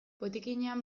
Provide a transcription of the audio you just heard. botikinean